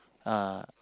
uh